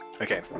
Okay